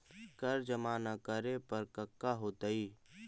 कर जमा ना करे पर कका होतइ?